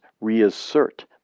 reassert